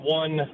one